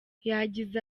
yagize